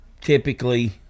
typically